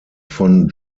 von